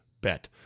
bet